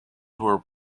were